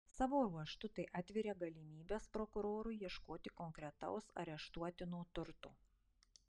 savo ruožtu tai atveria galimybes prokurorui ieškoti konkretaus areštuotino turto